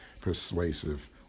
persuasive